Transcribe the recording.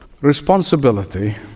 responsibility